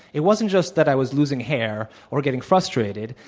it wasn't just that i was losing hair or getting frustrated.